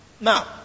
Now